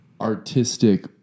artistic